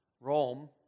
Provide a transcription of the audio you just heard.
Rome